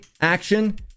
action